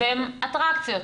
והם אטרקציות